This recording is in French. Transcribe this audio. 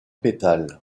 pétales